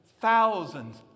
thousands